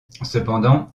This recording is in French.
cependant